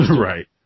Right